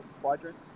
quadrant